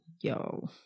Yo